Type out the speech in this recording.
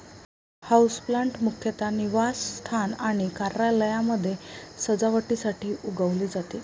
houseplant मुख्यतः निवासस्थान आणि कार्यालयांमध्ये सजावटीसाठी उगवले जाते